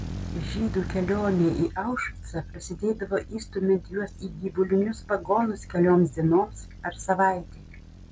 žydų kelionė į aušvicą prasidėdavo įstumiant juos į gyvulinius vagonus kelioms dienoms ar savaitei